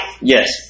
Yes